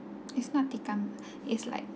it's not tikam is like